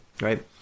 right